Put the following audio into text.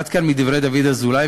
עד כאן מדברי דוד אזולאי,